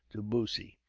to bussy.